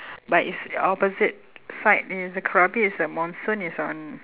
but it's opposite side it's uh krabi is uh monsoon is on